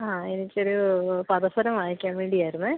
ആ എനിക്കൊരു പാദസരം വാങ്ങിക്കാൻ വേണ്ടി ആയിരുന്നു